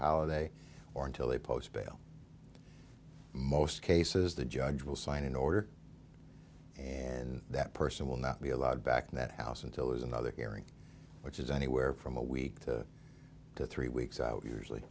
they or until they post bail most cases the judge will sign an order and that person will not be allowed back in that house until is another hearing which is anywhere from a week to three weeks out usually